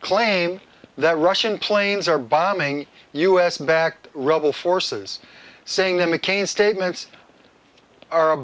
claim that russian planes are bombing u s backed rebel forces saying that mccain statements are a